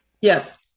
Yes